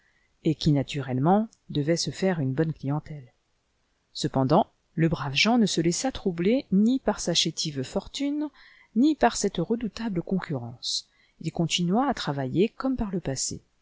et qui naturellement devait se faire une bonne clientèle cependant le brave jean ne se laissa troubler ni par sa chétive fortune ni par cette redoutable concurrence il continua à travailler comme par le passé